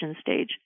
stage